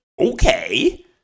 Okay